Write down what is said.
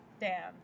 Dan